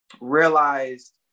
realized